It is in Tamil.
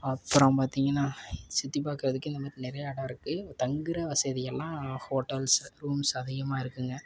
அப்புறம் பார்த்திங்கன்னா சுற்றி பார்க்குறதுக்கு இந்த மாதிரி நிறையா இடம் இருக்கு தங்குகிற வசதியெல்லாம் ஹோட்டல்ஸ் ரூம்ஸ் அதிகமாக இருக்குங்க